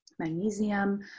magnesium